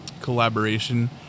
collaboration